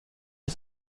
ist